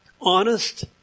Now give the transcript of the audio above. honest